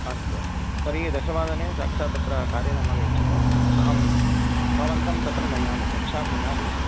अस्तु अस्तु तर्हि दशवादने साक्षात् अत्र कर्यालयम् आगच्छतु अहं भवन्तं तत्र नयामि कक्षां नयामि